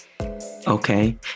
Okay